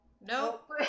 nope